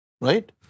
Right